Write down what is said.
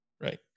Right